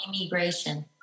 immigration